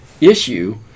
issue